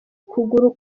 ukuguru